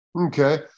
okay